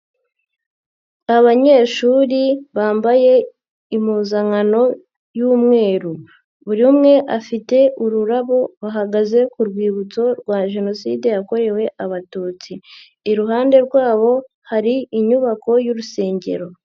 Abanyeshuri bambaye impuzankano y'u, mweru buri umwe afite ururabo bahagaze ku rwibutso rwa Jenoside yakorewe Abatutsi, iruhande rwabo hari inyubako y'urusengero.